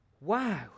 wow